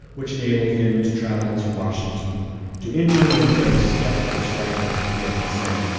which enabled him to travel to washington to intern with a very skeptical stryker in the fsa.